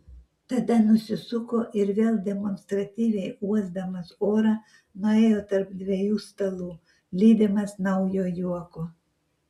tada nusisuko ir vėl demonstratyviai uosdamas orą nuėjo tarp dviejų stalų lydimas naujo juoko